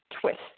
twist